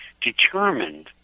determined